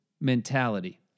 mentality